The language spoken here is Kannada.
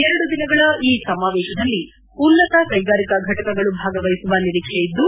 ಎರಡು ದಿನಗಳ ಈ ಸಮಾವೇಶದಲ್ಲಿ ಉನ್ನತ ಕೈಗಾರಿಕಾ ಘಟಕಗಳು ಭಾಗವಹಿಸುವ ನಿರೀಕ್ಷೆಯಿದ್ದು